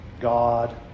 God